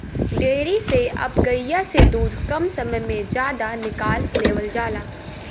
dairy से अब गइया से दूध कम समय में जादा निकाल लेवल जाला